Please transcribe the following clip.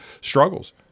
struggles